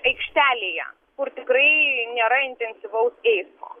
aikštelėje kur tikrai nėra intensyvaus eismo